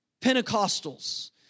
Pentecostals